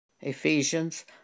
Ephesians